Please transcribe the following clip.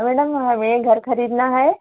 madam हमें घर खरीदना है